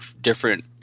different